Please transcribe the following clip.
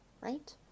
right